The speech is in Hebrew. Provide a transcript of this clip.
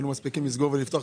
משהו שהוא חייב להקליד.